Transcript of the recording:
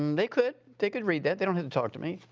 um they could. they could read that. they don't have to talk to me.